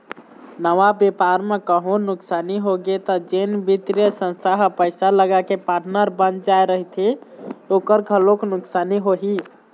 नवा बेपार म कहूँ नुकसानी होगे त जेन बित्तीय संस्था ह पइसा लगाके पार्टनर बन जाय रहिथे ओखर घलोक नुकसानी होही